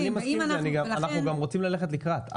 אני מסכים עם זה, ואנחנו גם רוצים ללכת לקראתכם.